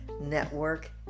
Network